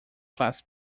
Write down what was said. class